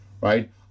right